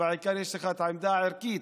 ובעיקר יש לך את העמדה הערכית,